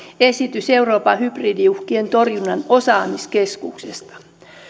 esitys euroopan hybridiuhkien torjunnan osaamiskeskuksesta